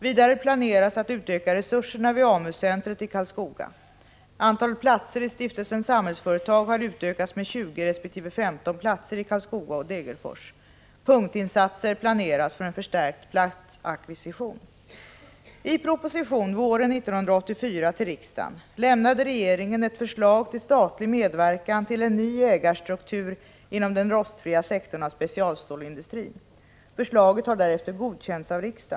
Vidare planeras att utöka resurserna på AMU-centrumet i Karlskoga. Antalet platser i stiftelsen Samhällsföretag har utökats med 20 resp. 15 platser i Karlskoga och Degerfors. Punktinsatser planeras för en förstärkt platsackvisition.